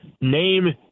name